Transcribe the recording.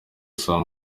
sam